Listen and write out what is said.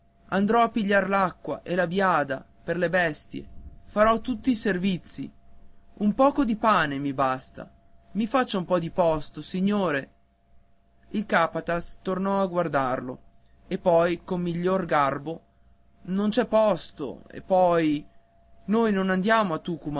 andrò a pigliar l'acqua e la biada per le bestie farò tutti i servizi un poco di pane mi basta i faccia un po di posto signore il capataz tornò a guardarlo e rispose con miglior garbo non c'è posto e poi noi non andiamo a